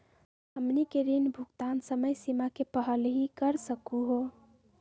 हमनी के ऋण भुगतान समय सीमा के पहलही कर सकू हो?